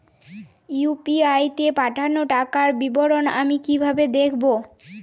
UPI তে পাঠানো টাকার বিবরণ আমি কিভাবে দেখবো?